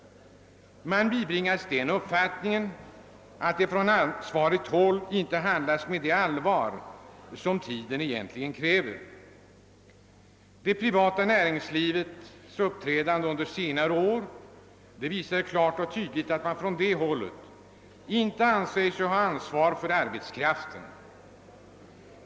Man kan bibringas uppfattningen, att det på ansvarigt håll inte handlats med det allvar som tiden egentligen kräver. Det privata näringslivets uppträdande under senare år visar klart och tydligt, att man från det hållet inte anser sig ha ansvar för arbetskraften.